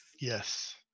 Yes